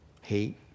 hate